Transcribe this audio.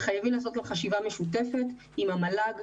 ולכן חייבים לעשות חשיבה משותפת עם המל"ג.